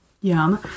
Yum